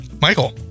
Michael